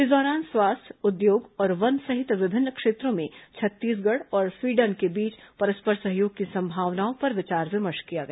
इस दौरान स्वास्थ्य उद्योग और वन सहित विमिन्न क्षेत्रों में छत्तीसगढ़ और स्वीडन के बीच परस्पर सहयोग की संभावनाओं पर विचार विमर्श किया गया